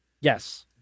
Yes